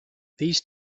these